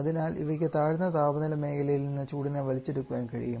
ആയതിനാൽ ഇവയ്ക്ക് താഴ്ന്ന താപനില മേഖലയിൽനിന്ന് ചൂടിനെ വലിച്ചെടുക്കാൻ കഴിയും